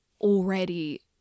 already